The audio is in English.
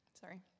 sorry